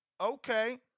okay